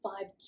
five